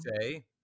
say –